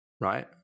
Right